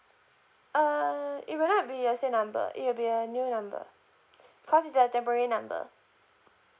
uh it will not be the same number it will be a new number cause it's a temporary number